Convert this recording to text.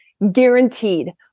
guaranteed